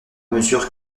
mesure